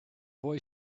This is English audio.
boy